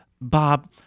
Bob